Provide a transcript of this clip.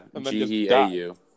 g-e-a-u